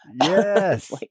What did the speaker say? Yes